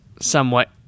somewhat